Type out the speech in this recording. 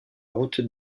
route